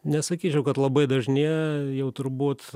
nesakyčiau kad labai dažnėja jau turbūt